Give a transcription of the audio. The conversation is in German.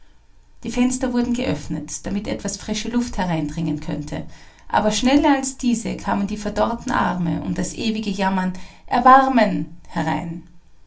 die fenster wurden geöffnet damit etwas frische luft hereindringen könnte aber schneller als diese kamen die verdorrten arme und das ewige jammern erbarmen herein